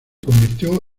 convirtió